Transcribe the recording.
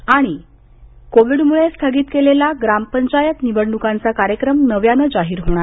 आणि कोविडमुळे स्थगित केलेला ग्रामपंचायत निवडणूकांचा कार्यक्रम नव्यानं जाहीर होणार